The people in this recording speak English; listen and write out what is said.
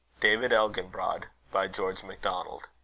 david elginbrod. by george macdonald,